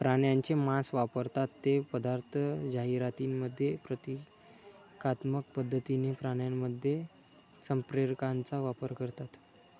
प्राण्यांचे मांस वापरतात ते पदार्थ जाहिरातींमध्ये प्रतिकात्मक पद्धतीने प्राण्यांमध्ये संप्रेरकांचा वापर करतात